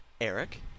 Eric